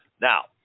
Now